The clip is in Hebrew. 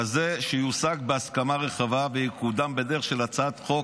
כזה שיושג בהסכמה רחבה ויקודם בדרך של הצעת חוק